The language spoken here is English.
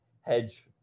hedge